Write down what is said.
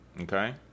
Okay